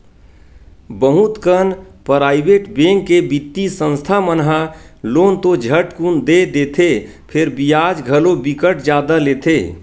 बहुत कन private bank के बित्तीय संस्था मन ह लोन तो झटकुन दे देथे फेर बियाज घलो बिकट जादा लेथे